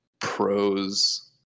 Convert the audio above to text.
pros